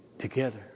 together